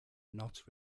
not